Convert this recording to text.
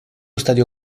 stadio